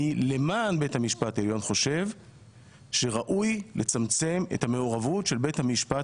אני למען בית המשפט העליון חושב שראוי לצמצם את המעורבות של בית המשפט